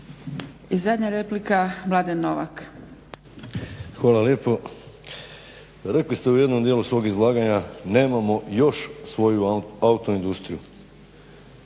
- Stranka rada)** Hvala lijepo. Rekli ste u jednom dijelu svog izlaganja nemamo još svoju auto industriju.